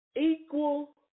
Equal